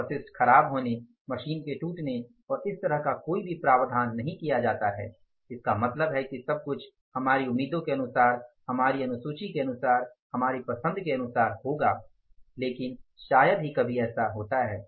अपशिष्ट खराब होने मशीन के टूटने और इस तरह का कोई प्रावधान नहीं किया जाता है इसका मतलब है कि सब कुछ हमारी उम्मीदों के अनुसार हमारी अनुसूची के अनुसार हमारी पसंद के अनुसार होगा लेकिन शायद ही कभी ऐसा होता है